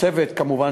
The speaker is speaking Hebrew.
כמובן,